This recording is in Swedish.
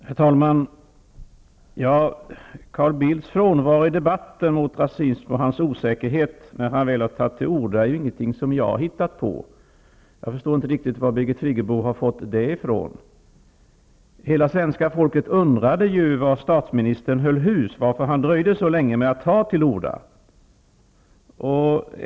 Herr talman! Carl Bildts frånvaro i debatten mot rasism och hans osäkerhet när han väl har tagit till orda är ju ingenting som jag har hittat på. Jag förstår inte riktigt varifrån Birgit Friggebo har fått det. Hela svenska folket undrade ju var statsministern höll hus, varför han dröjde så länge med att ta till orda.